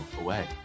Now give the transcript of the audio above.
away